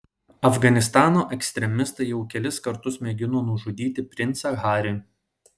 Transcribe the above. afganistano ekstremistai jau kelis kartus mėgino nužudyti princą harį